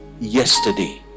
yesterday